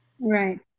Right